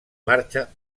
marxa